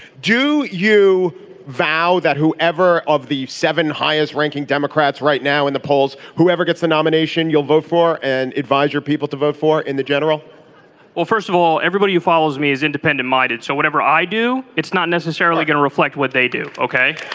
do you vow that whoever of the seven highest ranking democrats right now in the polls whoever gets the nomination you'll vote for and advise your people to vote for in the general well first of all everybody who follows me is independent minded. so whatever i do it's not necessarily going to reflect what they do. ok